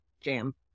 jam